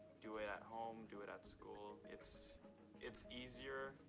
do it at home, do it at school. it's it's easier,